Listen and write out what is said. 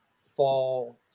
fall